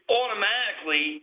automatically